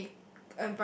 so the